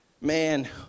Man